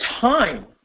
time